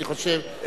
אני חושב,